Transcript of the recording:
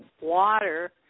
water